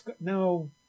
no